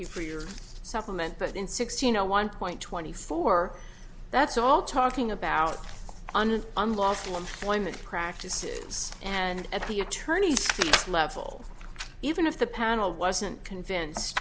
you for your supplement but in sixteen zero one point twenty four that's all talking about unlawful employment practices and at the attorney's level even if the panel wasn't convinced